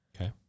Okay